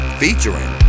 featuring